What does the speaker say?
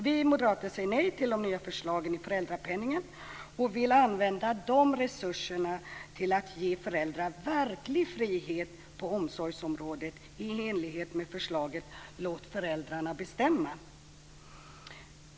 Vi moderater säger nej till de nya förslagen i föräldrapenningen och vill använda de resurserna till att ge föräldrar verklig frihet på omsorgsområdet i enlighet med förslaget "låt föräldrarna bestämma".